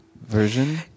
version